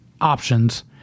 options